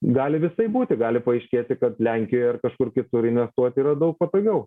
gali visaip būti gali paaiškėti kad lenkijoje ar kažkur kitur investuoti yra daug patogiau